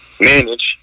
manage